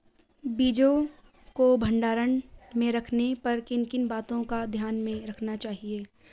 बीजों को भंडारण में रखने पर किन किन बातों को ध्यान में रखना चाहिए?